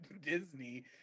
Disney